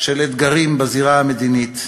של אתגרים בזירה המדינית,